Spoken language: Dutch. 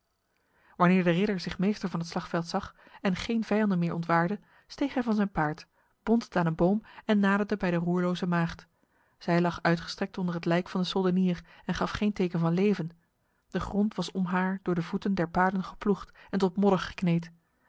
wanneer de ridder zich meester van het slagveld zag en geen vijanden meer ontwaarde steeg hij van zijn paard bond het aan een boom en naderde bij de roerloze maagd zij lag uitgestrekt onder het lijk van de soldenier en gaf geen teken van leven de grond was om haar door de voeten der paarden geploegd en tot modder gekneed